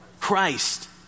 Christ